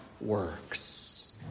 works